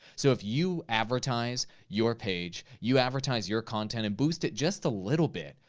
so if you advertise your page, you advertise your content and boost it just a little bit,